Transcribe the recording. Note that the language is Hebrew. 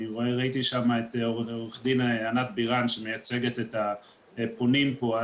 ראיתי שם את עו"ד ענת בירן שמייצגת את הפונים פה,